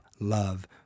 love